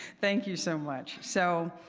thank you so much. so,